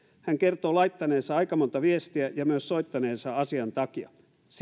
hän kertoo laittaneensa aika monta viestiä ja myös soittaneensa asian takia